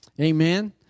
Amen